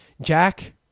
Jack